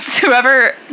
whoever